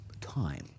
time